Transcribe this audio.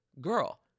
Girl